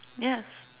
yes